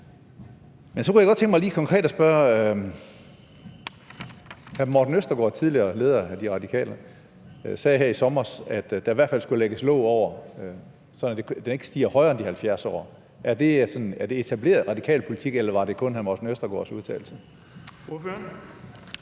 Men så kunne jeg godt tænke mig lige konkret at spørge om noget, for hr. Morten Østergaard, den tidligere leder af De Radikale, sagde her i sommer, at der i hvert fald skulle lægges låg over, sådan at den ikke stiger til mere end de 70 år. Er det etableret radikal politik, eller var det kun hr. Morten Østergaards udtalelse?